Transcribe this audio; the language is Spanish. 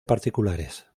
particulares